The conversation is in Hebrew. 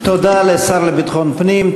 תודה לשר לביטחון פנים.